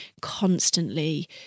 constantly